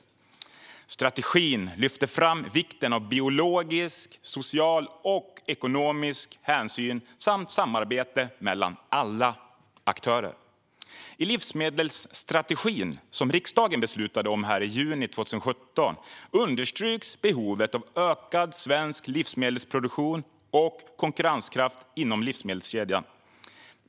Strategin lyfter fram vikten av biologisk, social och ekonomisk hänsyn samt samarbete mellan alla aktörer. I livsmedelsstrategin, som riksdagen beslutade om i juni 2017, understryks behovet av ökad svensk livsmedelsproduktion och konkurrenskraft inom livsmedelskedjan.